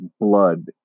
blood